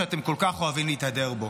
שאתם כל כך אוהבים להתהדר בו.